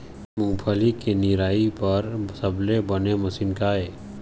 मूंगफली के निराई बर सबले बने मशीन का ये?